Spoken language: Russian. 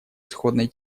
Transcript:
исходной